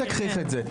אל תגחיך את זה.